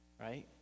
Right